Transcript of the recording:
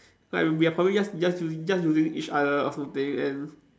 like we are probably just just using just using each other or something and